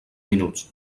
minuts